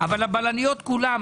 אבל הבלניות כולן,